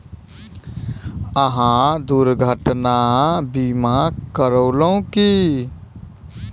अहाँ दुर्घटना बीमा करेलौं की?